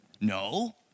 No